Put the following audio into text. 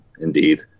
indeed